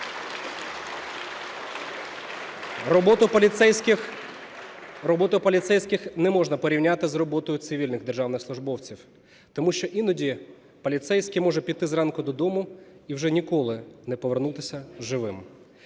Роботу поліцейських не можна порівняти з роботою цивільних державних службовців, тому що іноді поліцейський може піти зранку додому і вже ніколи не повернутися живим.